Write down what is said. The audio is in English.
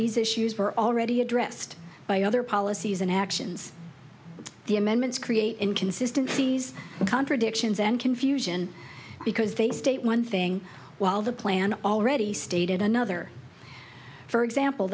these issues were already addressed by other policies and actions the amendments create in consistencies contradictions and confusion because they state one thing while the plan already stated another for example